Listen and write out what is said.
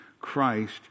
Christ